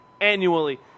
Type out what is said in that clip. annually